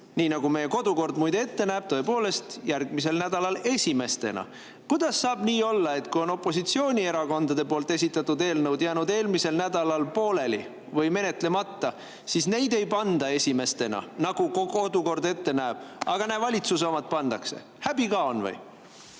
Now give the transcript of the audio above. nii nagu meie kodukord muide ette näeb, tõepoolest, järgmisel nädalal esimestena. Kuidas saab nii olla, et kui on opositsioonierakondade esitatud eelnõud jäänud eelmisel nädalal pooleli või menetlemata, siis neid ei panda esimestena, nagu kodukord ette näeb, aga näe, valitsuse omad pannakse? Häbi ka on või?